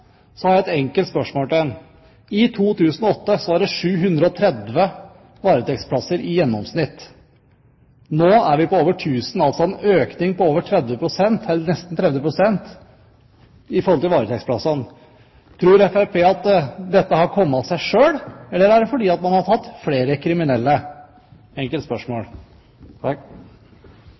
så har jeg et enkelt spørsmål til ham. I 2008 var det i gjennomsnitt 730 varetektsplasser. Nå er vi på over 1 000, altså en økning på nesten 30 pst. i forhold til varetektsplassene. Tror Fremskrittspartiet at dette har kommet av seg selv, eller er det fordi at man har tatt flere kriminelle? Et enkelt spørsmål,